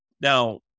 now